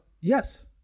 Yes